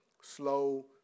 slow